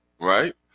right